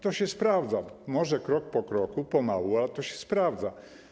To się sprawdza, może krok po kroku, pomału, ale to się sprawdza.